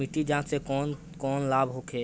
मिट्टी जाँच से कौन कौनलाभ होखे?